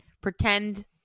pretend